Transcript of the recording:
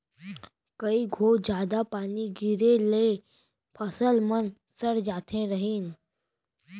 कई घौं जादा पानी गिरे ले फसल मन सर जात रहिन